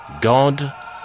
God